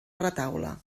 retaule